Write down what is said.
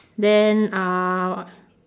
then uh